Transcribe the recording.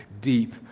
deep